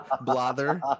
blather